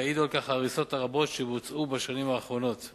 ויעידו על כך ההריסות הרבות שבוצעו בשנים האחרונות,